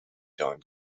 don